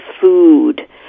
food